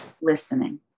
listening